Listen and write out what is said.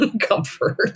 comfort